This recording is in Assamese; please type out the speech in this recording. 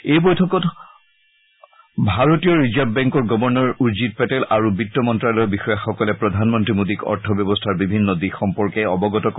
এই বৈঠকৰ সময়ত ভাৰতীয় ৰিজাৰ্ভ বেংকৰ গৱৰ্ণৰ উৰ্জিৎ পেটেল আৰু বিত্ত মন্ত্যালয়ৰ বিষয়াসকলে প্ৰধানমন্ত্ৰী মোডীক অৰ্থ ব্যৱস্থাৰ বিভিন্ন দিশ সম্পৰ্কে অৱগত কৰে